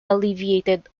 alleviated